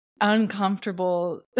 uncomfortable